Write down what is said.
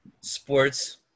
sports